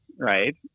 right